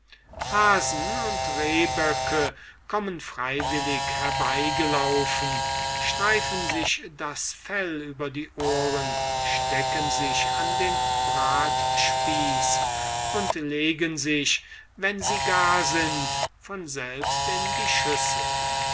hasen und rehböcke kommen freiwillig herbeigelaufen streifen sich das fell über die ohren stecken sich an den bratspieß und legen sich wenn sie gar sind von selbst in die schüssel